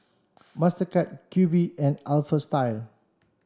Mastercard Q V and Alpha Style